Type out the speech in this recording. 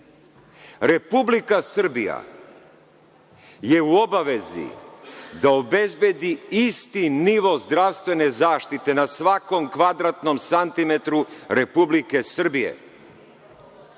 Srbije. Republika Srbija je u obavezi da obezbedi isti nivo zdravstvene zaštite na svakom kvadratnom santimetru Republike Srbije.